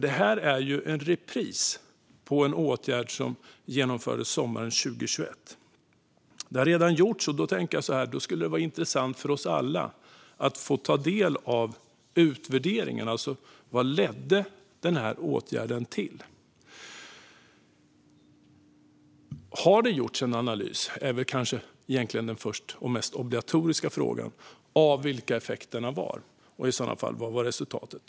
Det här är en repris på en åtgärd som genomfördes sommaren 2021, och eftersom det redan har gjorts skulle det vara intressant för oss alla att få ta del av utvärderingen, alltså vad åtgärden ledde till. Har det gjorts en analys av effekterna, och vad var i så fall resultatet?